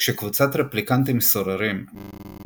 כשקבוצת רפליקנטים סוררים מתכננת